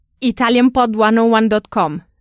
italianpod101.com